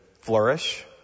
flourish